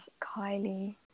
Kylie